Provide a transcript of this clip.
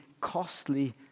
costly